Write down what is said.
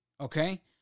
Okay